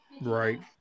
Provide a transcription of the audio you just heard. Right